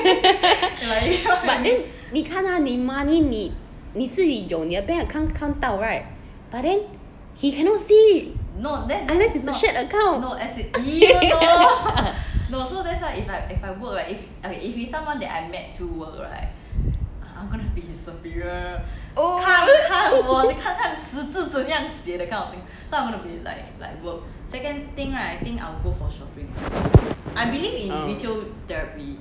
but then 你看 ah 你 money 你你自己有你的 bank account 看到 right but then he cannot see unless it's a shared account oh